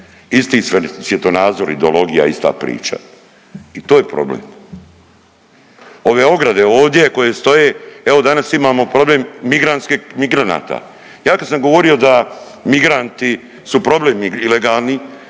isti svjetonazor, ideologija, ista priča i to je problem. Ove ograde ovdje koje stoje evo danas imamo problem migrantske, migranata, ja kad sam govorio da migranti su problem ilegalni,